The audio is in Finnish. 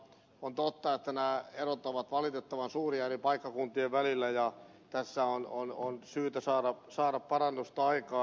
on totta että nämä erot ovat valitettavan suuria eri paikkakuntien välillä ja tässä on syytä saada parannusta aikaan